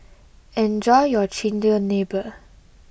enjoy your Chigenabe